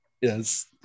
yes